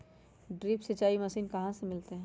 Drip सिंचाई machine कहाँ से मिलतै?